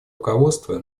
руководство